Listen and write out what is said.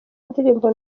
indirimbo